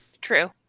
True